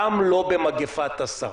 גם לא במגפת הסארס.